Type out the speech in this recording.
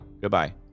Goodbye